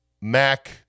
Mac